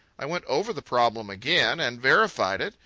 i went over the problem again, and verified it.